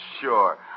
sure